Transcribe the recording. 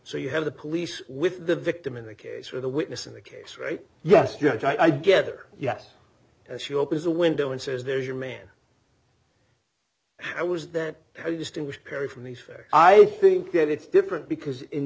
so you have the police with the victim in the case where the witness in the case right yes judge i gather yes and she opens a window and says there's your man i was that he distinguished perry from the sphere i think that it's different because in